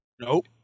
nope